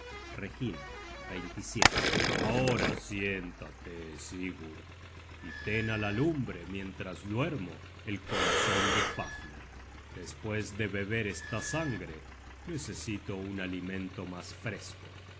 aventura reginn ahora siéntate sigurd y ten á la lumbre mientras duermo el corazon de fafner despues de beber esta sangre necesito un alimento mas fresco